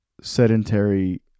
sedentary